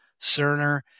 Cerner